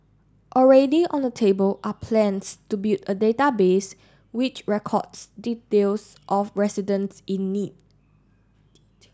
already on the table are plans to build a database which records details of residents in need